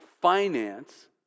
finance